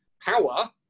power